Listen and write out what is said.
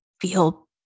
feel